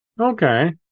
Okay